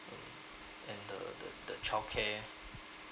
and the the the childcare